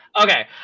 Okay